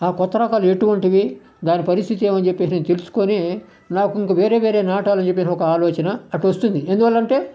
ఆ కొత్త రకాలు ఎటువంటివి దాని పరిస్థితి ఏమని చెప్పేసి తెలుసుకొనీ నాకు ఇంక వేరే వేరే నాటాలని చెప్పి ఒక ఆలోచన అటు వస్తుంది ఎందువల్లంటే